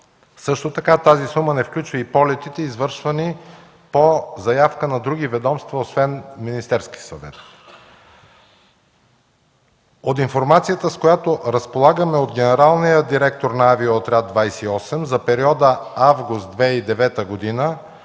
транспорта. Тази сума не включва и полетите, извършвани по заявка на други ведомства, освен Министерския съвет. От информацията, с която разполагаме от генералния директор на „Авиоотряд 28”, за периода август 2009 г.